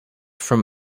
from